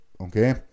okay